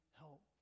help